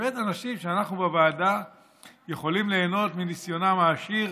באמת אנשים שאנחנו בוועדה יכולים ליהנות מניסיונם העשיר